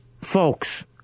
Folks